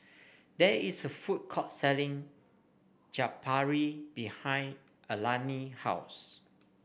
there is a food court selling Chaat Papri behind Alani house